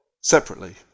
separately